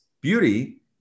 beauty